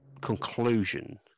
conclusion